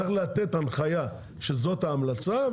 צריך לתת הנחיה שזו ההמלצה.